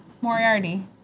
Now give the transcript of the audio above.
Moriarty